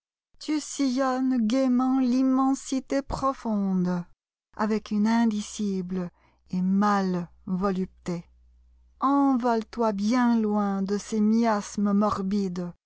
tu sillonnes gaîment l'immensité profonde avec une indicible et mâle volupté envole toi bien loin de ces miasmes morbidesva